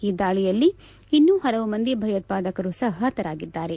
ಈ ದಾಳಿಯಲ್ಲಿ ಇನ್ನೂ ಪಲವು ಮಂದಿ ಭಯೋತ್ಪಾದಕರು ಸಹ ಪತರಾಗಿದ್ದಾರೆ